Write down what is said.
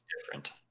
different